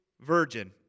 virgin